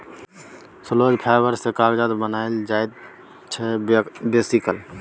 cellulose fibre सँ कागत बनाएल जाइ छै बेसीकाल